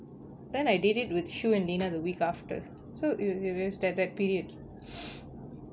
then I did it with shu and lina the week after so i~ i~ it was that that period